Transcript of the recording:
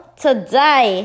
today